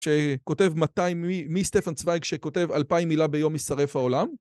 שכותב מאתיים מי סטפן צווייג שכותב אלפיים מילה ביום יישרף העולם